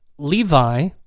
Levi